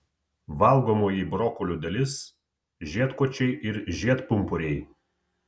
valgomoji brokolių dalis žiedkočiai ir žiedpumpuriai